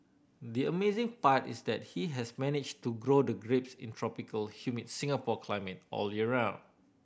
the amazing part is that he has managed to grow the grapes in tropical humid Singapore climate all year round